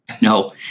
No